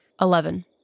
Eleven